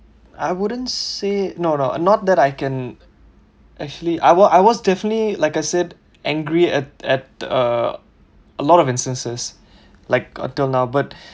I wouldn't say no no not that I can actually I was I was definitely like I said angry at at uh a lot of instances like until now but